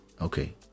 Okay